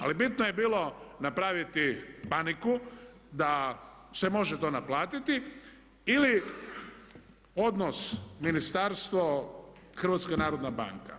Ali bitno je bilo napraviti paniku da se može to naplatiti ili odnos ministarstvo, HNB.